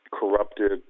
corrupted